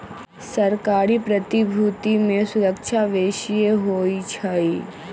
सरकारी प्रतिभूति में सूरक्षा बेशिए होइ छइ